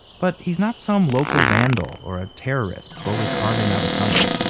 but he's not some local vandal or a terrorist slowly carving out a tunnel.